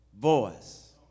Voice